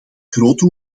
grote